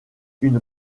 une